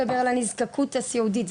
אבל אתה מבין שזה לא מדבר על הנזקקות הסיעודית,